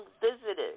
visited